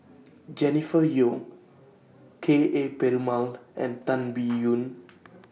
Jennifer Yeo Ka Perumal and Tan Biyun